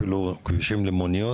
אפילו כבישים למוניות,